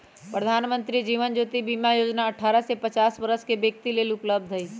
प्रधानमंत्री जीवन ज्योति बीमा जोजना अठारह से पचास वरस के व्यक्तिय लेल उपलब्ध हई